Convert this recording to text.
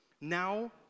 Now